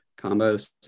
combos